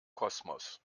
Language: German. kosmos